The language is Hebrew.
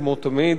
כמו תמיד.